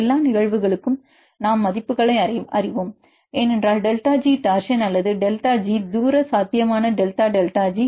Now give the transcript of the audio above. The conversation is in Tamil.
எல்லா நிகழ்வுகளுக்கும் நாம் மதிப்புகளை அறிவோம் ஏனென்றால் டெல்டா ஜி டோர்ஷன் அல்லது டெல்டா ஜி தூர சாத்தியமான டெல்டா டெல்டா ஜி